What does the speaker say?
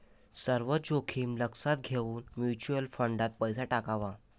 सर्व जोखीम लक्षात घेऊन म्युच्युअल फंडात पैसा टाकावा